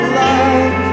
love